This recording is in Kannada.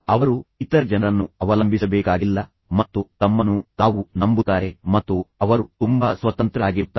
ಅವರು ಇತರ ಜನರನ್ನು ಅವಲಂಬಿಸಬೇಕಾಗಿಲ್ಲ ಮತ್ತು ನಂತರ ಅವರು ತಮ್ಮನ್ನು ತಾವು ನಂಬುತ್ತಾರೆ ಮತ್ತು ಅವರು ತುಂಬಾ ಸ್ವತಂತ್ರರಾಗಿರುತ್ತಾರೆ